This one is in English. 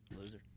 Loser